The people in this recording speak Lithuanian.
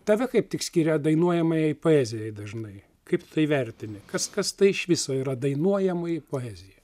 tave kaip tik skiria dainuojamajai poezijai dažnai kaip tai vertini kas kas tai iš viso yra dainuojamoji poezija